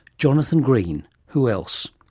jonathan green, who else.